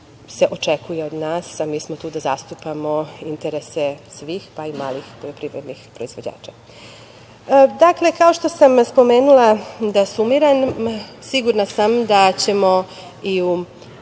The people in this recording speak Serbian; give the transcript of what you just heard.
se očekuje od nas, a mi smo tu da zastupamo interese svih, pa i malih poljoprivrednih proizvođača. Dakle, kao što sam spomenula, da sumiram, sigurna sam da ćemo i u